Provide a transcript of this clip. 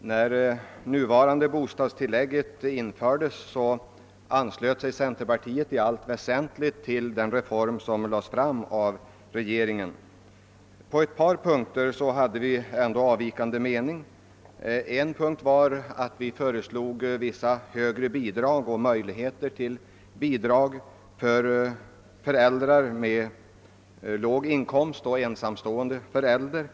När det nuvarande bostadstillägget förelades riksdagen anslöt sig centerpartiet i allt väsentligt till reformen. På ett par punkter hade vi emellertid avvikande mening. Vi föreslog bl.a. höjning av vissa bidrag och förbättring av bidragsmöjligheterna för föräldrar med särskilt låg inkomst och ensamstående förälder.